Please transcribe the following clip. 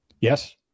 Yes